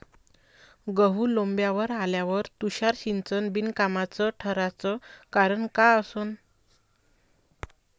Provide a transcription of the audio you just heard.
गहू लोम्बावर आल्यावर तुषार सिंचन बिनकामाचं ठराचं कारन का असन?